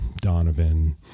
Donovan